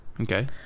Okay